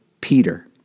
Peter